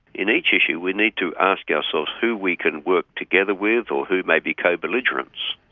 in each issue we need to ask ourselves who we can work together with, or who may be co-belligerents.